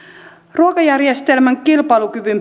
ruokajärjestelmän kilpailukyvyn